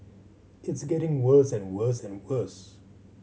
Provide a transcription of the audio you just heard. it's getting worse and worse and worse